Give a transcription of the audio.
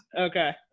Okay